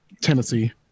tennessee